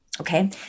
Okay